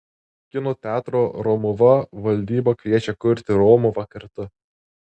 kino teatro romuva valdyba kviečia kurti romuvą kartu